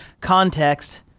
context